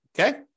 Okay